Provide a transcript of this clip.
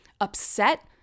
upset